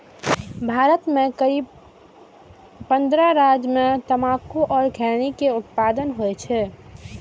भारत के करीब पंद्रह राज्य मे तंबाकू अथवा खैनी के उत्पादन होइ छै